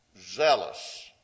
zealous